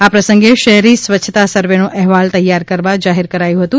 આ પ્રસંગે શહેરી સ્વચ્છતા સર્વેનો અહેવાલ તૈયાર કરવા જાહેર કરાયું હતું